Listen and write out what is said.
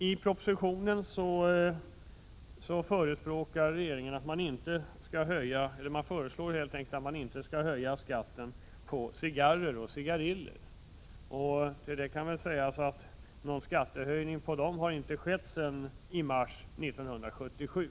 : I propositionen föreslås att skatten på cigarrer och cigariller inte skall höjas. Någon skattehöjning på dessa tobaksvaror har inte skett sedan mars 1977.